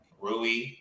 Rui